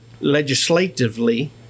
legislatively